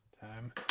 Time